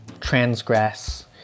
transgress